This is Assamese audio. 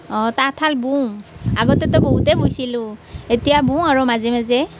অঁ তাঁতশাল বওঁ আগতেতো বহুতেই বৈছিলোঁ এতিয়া বও আৰু মাজে মাজে